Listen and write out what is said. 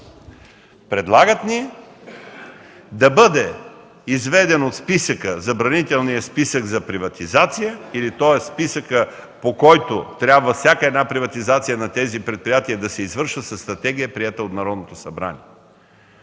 Предлагат ни да бъде изведен от забранителния списък за приватизация, или списъка, по който всяка една приватизация на тези предприятия трябва да се извършва със стратегия, приета от Народното събрание.